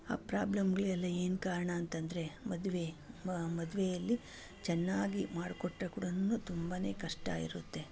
ಆ ಪ್ರಾಬ್ಲಮ್ಗಳಿಗೆಲ್ಲ ಏನು ಕಾರಣ ಅಂತಂದರೆ ಮದುವೆ ಮದುವೆಯಲ್ಲಿ ಚೆನ್ನಾಗಿ ಮಾಡ್ಕೊಟ್ರೆ ಕೂಡನೂ ತುಂಬನೇ ಕಷ್ಟವಿರುತ್ತೆ